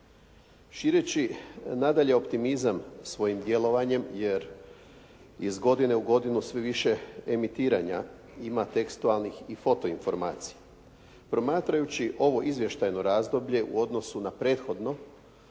Šireći nadalje optimizam svojim djelovanjem, jer iz godinu u godinu sve više emitiranja ima tekstualnih i foto informacija. Promatrajući ovo izvještajno razdoblje u odnosu na prethodno,